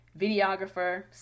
Videographer